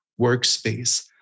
workspace